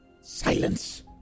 Silence